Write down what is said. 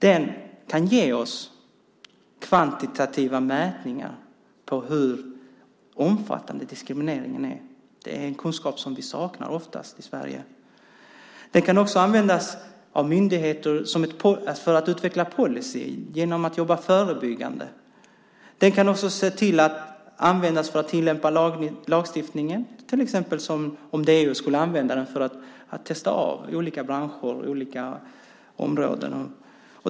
Den kan ge oss kvantitativa mätningar på hur omfattande diskrimineringen är; det är en kunskap som vi oftast saknar i Sverige. Den kan användas av myndigheter för att utveckla policyer genom att jobba förebyggande. Den kan också användas för att tillämpa lagstiftningen, till exempel om DO skulle använda den för att testa olika branscher och områden.